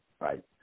right